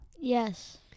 Yes